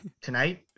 tonight